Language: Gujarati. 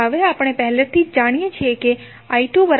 હવે આપણે પહેલેથી જ જાણીએ છીએ કે i2 5 એમ્પીયર છે